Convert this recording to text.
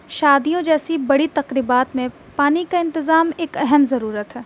شادیوں جیسی بڑی تقریبات میں پانی کا انتظام ایک اہم ضرورت ہے